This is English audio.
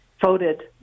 voted